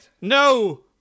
no